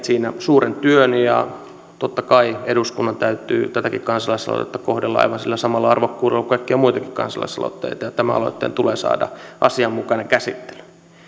siinä suuren työn ja totta kai eduskunnan täytyy tätäkin kansalaisaloitetta kohdella aivan sillä samalla arvokkuudella kuin kaikkia muitakin kansalaisaloitteita ja tämän aloitteen tulee saada asianmukainen käsittely